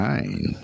Nine